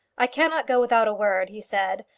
i cannot go without a word, he said,